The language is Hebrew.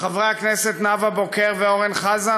וחברי הכנסת נאוה בוקר ואורן חזן,